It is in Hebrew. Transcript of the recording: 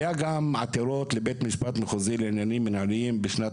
היו גם עתירות לבית משפט מחוזי לעניינים מינהליים בשנת